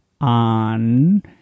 on